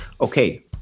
Okay